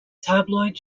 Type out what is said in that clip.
tabloid